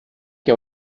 que